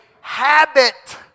habit